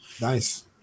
Nice